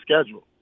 schedule